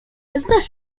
znasz